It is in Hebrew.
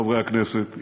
חברי הכנסת,